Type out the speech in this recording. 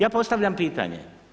Ja postavljam pitanje.